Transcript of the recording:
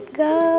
go